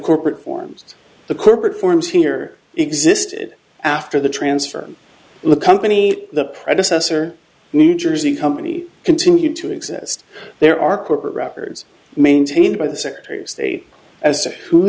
corporate forms the corporate forms here existed after the transfer of the company the predecessor new jersey company continue to exist there are corporate records maintained by the secretary of state as